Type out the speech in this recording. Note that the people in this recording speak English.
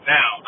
Now